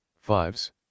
Fives